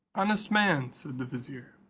honest man, said the vizier,